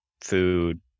food